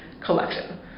collection